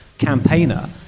campaigner